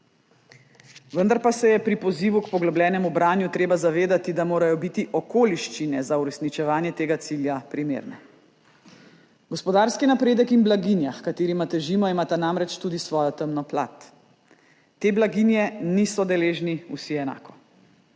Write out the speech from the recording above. Vendar pa se je pri pozivu k poglobljenemu branju treba zavedati, da morajo biti okoliščine za uresničevanje tega cilja primerne. Gospodarski napredek in blaginja, h katerima težimo, imata namreč tudi svojo temno plat. Te blaginje niso deležni vsi enako.